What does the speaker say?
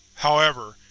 however,